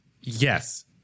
Yes